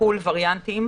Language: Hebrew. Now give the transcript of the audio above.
מחו"ל וריאנטים.